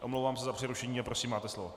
Omlouvám se za přerušení a prosím, máte slovo.